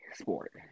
sport